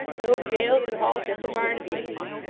no jails and halter for barnaby and me.